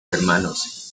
hermanos